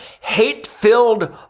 hate-filled